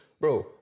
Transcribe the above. Bro